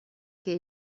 què